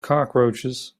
cockroaches